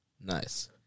Nice